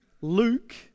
Luke